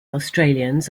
australians